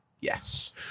Yes